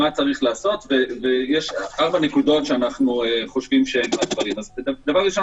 יש ארבע נקודות עיקריות: ראשית,